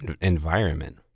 environment